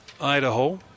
Idaho